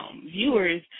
viewers